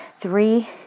three